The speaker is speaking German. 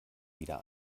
wieder